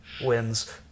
wins